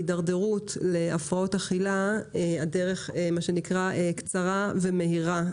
להידרדרות להפרעות אכילה קצרה ומהירה,